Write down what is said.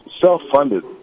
self-funded